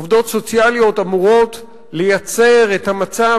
עובדות סוציאליות אמורות לייצר את המצב